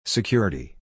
Security